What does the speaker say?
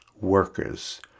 workers